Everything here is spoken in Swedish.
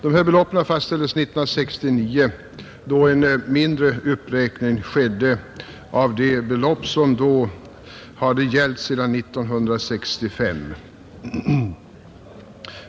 De här beloppen fastställdes 1969, då en mindre uppräkning skedde av de belopp som då hade gällt sedan 1965.